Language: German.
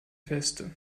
feste